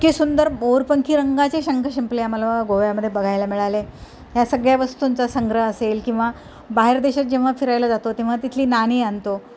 इतके सुंदर मोरपंखी रंगाचे शंख शिंपले आम्हाला गोव्यामध्ये बघायला मिळाले ह्या सगळ्या वस्तूंचा संग्रह असेल किंवा बाहेर देशात जेव्हा फिरायला जातो तेव्हा तिथली नाणी आणतो